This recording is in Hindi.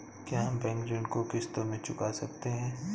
क्या हम बैंक ऋण को किश्तों में चुका सकते हैं?